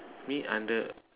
mean under